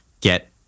get